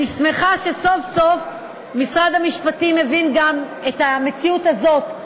אני שמחה שמשרד המשפטים הבין סוף-סוף גם את המציאות הזאת,